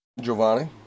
Giovanni